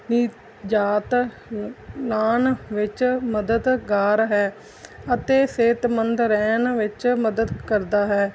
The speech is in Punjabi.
ਜਾਤ ਵਿੱਚ ਮਦਦਗਾਰ ਹੈ ਅਤੇ ਸਿਹਤਮੰਦ ਰਹਿਣ ਵਿੱਚ ਮਦਦ ਕਰਦਾ ਹੈ